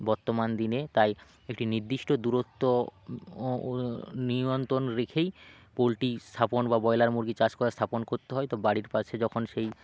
বর্তমান দিনে তাই একটি নির্দিষ্ট দূরত্ব নিয়ন্ত্রণ রেখেই পোল্ট্রি স্থাপন বা ব্রোয়লার মুরগি চাষ করা স্থাপন করতে হয় তো বাড়ির পাশে যখন সেই